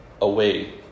away